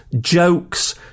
jokes